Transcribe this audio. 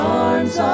arms